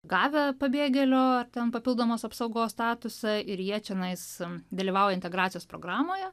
gavę pabėgėlio ar ten papildomos apsaugos statusą ir jie čionais dalyvauja integracijos programoje